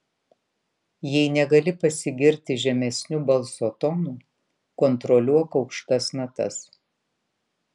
jei negali pasigirti žemesniu balso tonu kontroliuok aukštas natas